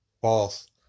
false